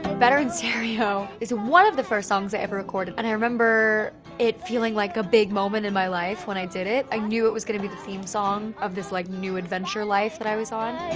better in stereo is one of the first songs i ever recorded. and i remember it feeling like a big moment in my life, when i did it. i knew it was gonna be the theme song of this like new adventure life that i was on.